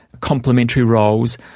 complementary roles,